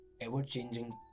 ever-changing